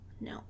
No